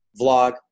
vlog